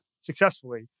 successfully